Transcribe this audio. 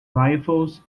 rifles